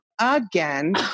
Again